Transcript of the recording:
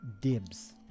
dibs